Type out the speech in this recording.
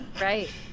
Right